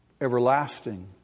Everlasting